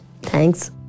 Thanks